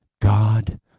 God